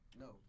no